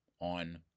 on